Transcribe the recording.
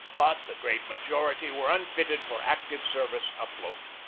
but the great majority were unfitted for active service afloat.